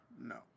No